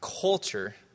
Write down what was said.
culture